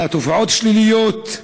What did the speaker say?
לתופעות שליליות.